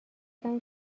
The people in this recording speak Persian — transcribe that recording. کمی